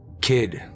Kid